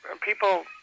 people